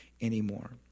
anymore